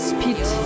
Speed